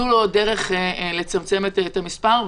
זו לא דרך לצמצם את המספר.